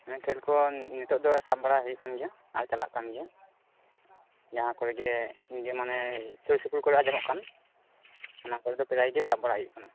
ᱠᱷᱮᱞ ᱠᱚ ᱱᱤᱛᱚᱜ ᱫᱚ ᱥᱟᱵ ᱵᱟᱲᱟ ᱦᱩᱭᱩᱜ ᱠᱟᱱᱟ ᱜᱮᱭᱟ ᱟᱨ ᱪᱟᱞᱟᱜ ᱠᱟᱱ ᱜᱮᱭᱟ ᱡᱟᱦᱟᱸ ᱠᱚᱨᱮ ᱜᱮ ᱡᱮ ᱢᱟᱱᱮ ᱥᱩᱨ ᱥᱩᱯᱩᱨ ᱠᱚᱨᱮ ᱟᱡᱚᱢᱚᱜ ᱠᱟᱱ ᱚᱱᱟ ᱠᱚᱨᱮ ᱫᱚ ᱯᱨᱟᱭ ᱜᱮ ᱥᱟᱵ ᱵᱟᱲᱟᱭ ᱦᱩᱭᱩᱜ ᱠᱟᱱᱟ